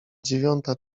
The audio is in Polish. dziewiąta